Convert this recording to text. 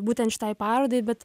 būtent šitai parodai bet